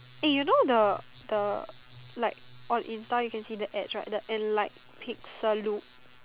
eh you know the the like on Instagram you can see the ads right the and like Pica Luke